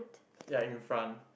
ya in front